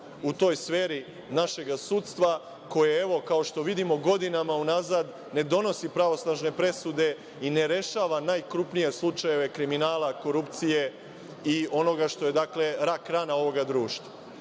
u toj sferi našega sudstva, koje evo, kao što vidimo godinama unazad, ne donosi pravosnažne presude i ne rešava najkrupnije slučajeve kriminala, korupcije i onoga što je, dakle rak rana ovog društva. Dakle,